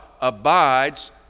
abides